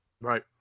right